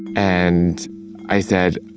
and i said,